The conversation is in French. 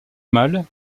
mal